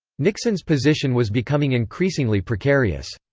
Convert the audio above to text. nixon's position was becoming increasingly precarious.